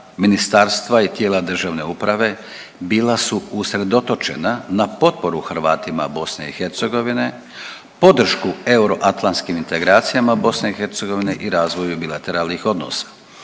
ministarstva i tijela državne uprave bila su usredočena na potporu Hrvatima BiH, podršku euroatlanskim integracijama BiH i razvoju bilateralnih odnosa.